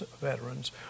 veterans